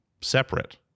separate